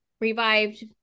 revived